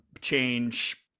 change